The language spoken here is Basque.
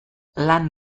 lan